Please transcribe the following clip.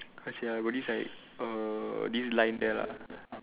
how to say ah got this like err this line there lah